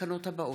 התקנות האלה: